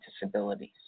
Disabilities